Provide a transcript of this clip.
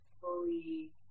fully